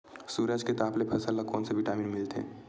सूरज के ताप ले फसल ल कोन ले विटामिन मिल थे?